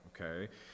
okay